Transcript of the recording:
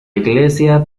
iglesia